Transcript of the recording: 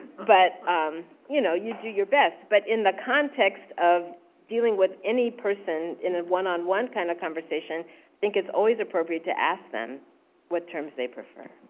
but you know you do your best. but in the context of dealing with any person in a one on one kind of conversation i think it's always appropriate to ask them what terms they prefer.